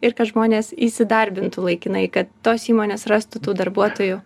ir kad žmonės įsidarbintų laikinai kad tos įmonės rastų tų darbuotojų